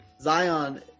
Zion